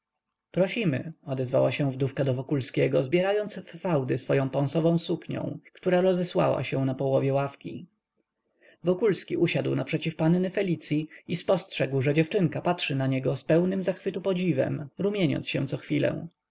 prosimy odezwała się wdówka do wokulskiego zbierając w fałdy swoję pąsową suknią która rozesłała się na połowie ławki wokulski usiadł naprzeciw panny felicyi i spostrzegł że dziewczynka patrzy na niego z pełnym zachwytu podziwem rumieniąc się cochwilę